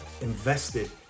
invested